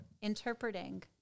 Interpreting